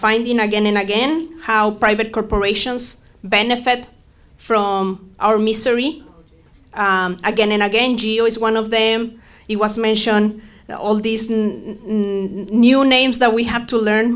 finding again and again how private corporations benefit from our misery again and again geo is one of them you want to mention all of these new names that we have to learn